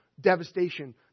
devastation